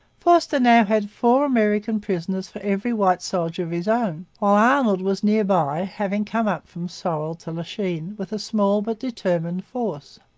forster now had four american prisoners for every white soldier of his own while arnold was near by, having come up from sorel to lachine with a small but determined force.